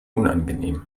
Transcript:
unangenehm